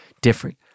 different